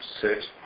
six